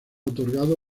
otorgado